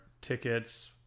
tickets